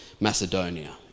Macedonia